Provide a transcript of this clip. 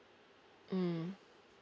mm